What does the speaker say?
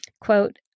Quote